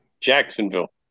Jacksonville